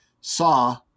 saw